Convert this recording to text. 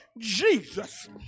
Jesus